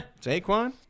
Saquon